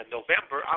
November